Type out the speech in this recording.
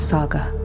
Saga